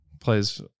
plays